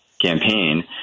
campaign